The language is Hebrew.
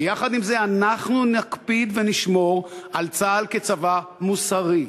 ויחד עם זאת אנחנו נקפיד ונשמור על צה"ל כצבא מוסרי,